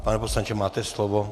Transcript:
Pane poslanče, máte slovo.